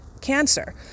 cancer